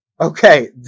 okay